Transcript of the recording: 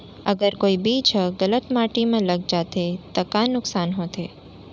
अगर कोई बीज ह गलत माटी म लग जाथे त का नुकसान होथे?